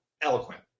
eloquent